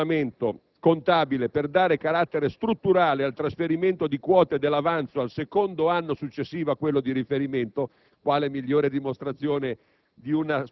del regolamento contabile per dare carattere «strutturale» al trasferimento di quote dell'avanzo al secondo anno successivo a quello di riferimento (quale migliore dimostrazione